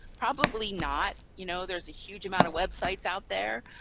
probably not. you know, there's a huge amount of websites out there,